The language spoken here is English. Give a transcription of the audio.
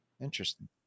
Interesting